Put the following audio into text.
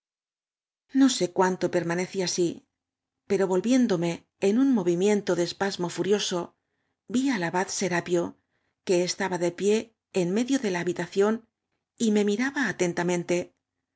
no sé cuánto permanecí así pero volviéndo me en un movimiento de espasmo furioso vi al abad sorapio que estaba de pié en medio de la habitación y me miraba atentamente